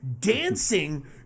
dancing